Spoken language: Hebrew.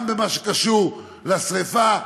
גם במה שקשור לשרפה,